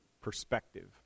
perspective